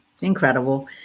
Incredible